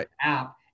app